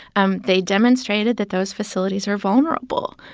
um they demonstrated that those facilities are vulnerable,